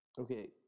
Okay